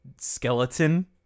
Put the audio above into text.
skeleton